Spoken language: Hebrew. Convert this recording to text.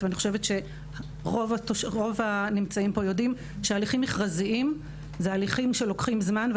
רוב הנמצאים פה יודעים שהליכים מכרזיים הם הליכים שלוקחים זמן.